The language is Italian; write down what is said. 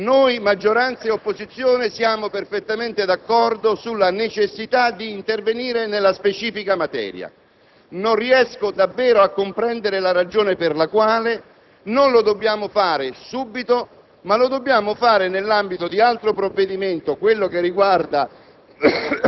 noi, maggioranza e opposizione, siamo perfettamente d'accordo sulla necessità di intervenire nella specifica materia; non riesco davvero a comprendere la ragione per la quale non lo dobbiamo fare subito, bensì nell'ambito di altro provvedimento, quello che riguarda